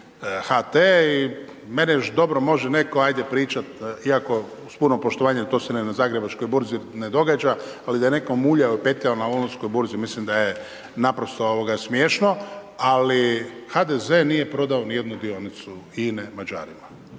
I meni dobro može netko ajde pričati, iako uz puno poštovanje to se ni na Zagrebačkoj burzi ne događa. Ali da je netko muljao i petljao na Londonskoj burzi, mislim da je naprosto smješno. Ali HDZ nije prodao ni jednu dionicu INA-e Mađarima.